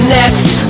next